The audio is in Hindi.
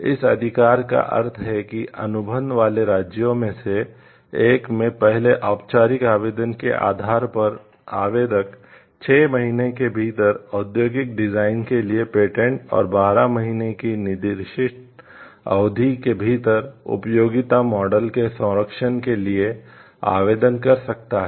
इस अधिकार का अर्थ है कि अनुबंध वाले राज्यों में से एक में पहले औपचारिक आवेदन के आधार पर आवेदक 6 महीने के भीतर औद्योगिक डिजाइन के लिए पेटेंट और 12 महीने की निर्दिष्ट अवधि के भीतर उपयोगिता मॉडल के संरक्षण के लिए आवेदन कर सकता है